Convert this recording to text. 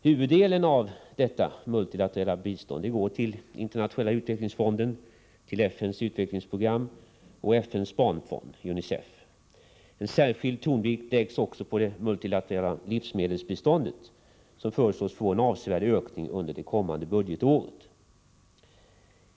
Huvuddelen av detta multilaterala bistånd går till Internationella utvecklingsfonden, till FN:s utvecklingsprogram och till FN:s barnfond, UNICEF. En särskild tonvikt läggs också på det multilaterala livsmedelsbiståndet, som föreslås få en avsevärd ökning under det kommande budgetåret.